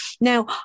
Now